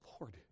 Lord